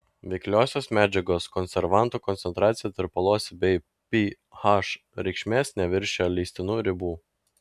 veikliosios medžiagos konservanto koncentracija tirpaluose bei ph reikšmės neviršijo leistinų ribų